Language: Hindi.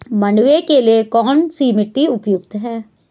मंडुवा के लिए कौन सी मिट्टी उपयुक्त है?